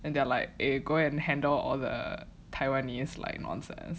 and they're are like eh go ahead and handle all the taiwanese like